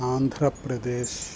आन्ध्रप्रदेशः